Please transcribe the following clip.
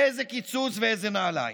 איזה קיצוץ ואיזה נעליים?